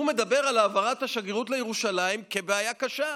הוא מדבר על העברת השגרירות לירושלים כעל בעיה קשה,